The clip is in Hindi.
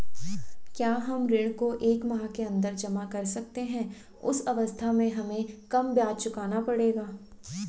क्या हम ऋण को एक माह के अन्दर जमा कर सकते हैं उस अवस्था में हमें कम ब्याज चुकाना पड़ेगा?